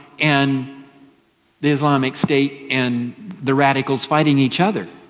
and the islamic state, and the radicals fighting each other,